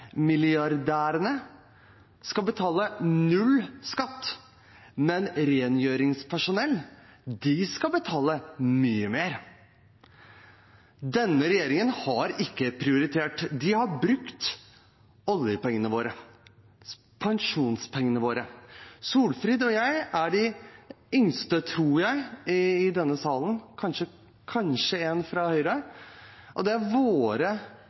skal betale null skatt, men rengjøringspersonell skal betale mye mer. Denne regjeringen har ikke prioritert. De har brukt oljepengene våre, pensjonspengene våre. Solfrid Lerbrekk og jeg er de yngste i denne salen, tror jeg – det er kanskje en fra Høyre som er yngre – og det er våre